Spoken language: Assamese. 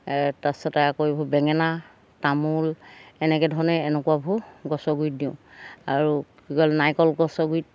তাৰপিছতে আকৌ এইবোৰ বেঙেনা তামোল এনেকৈ ধৰণে এনেকুৱাবোৰ গছৰ গুৰিত দিওঁ আৰু কি কয় নাৰিকল গছৰ গুড়িত